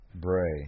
Bray